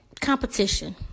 Competition